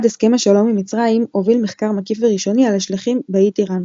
עד הסכם השלום עם מצרים הוביל מחקר מקיף וראשוני על השלכים באי טיראן.